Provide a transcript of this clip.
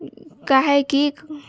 किआकि